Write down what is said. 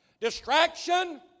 distraction